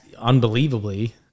unbelievably